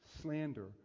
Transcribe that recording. slander